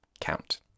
count